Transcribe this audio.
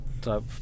type